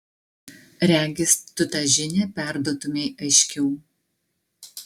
regis tu tą žinią perduotumei aiškiau